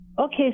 Okay